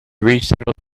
resettled